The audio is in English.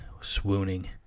swooning